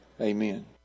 Amen